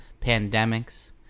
pandemics